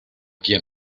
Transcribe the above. quien